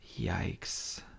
Yikes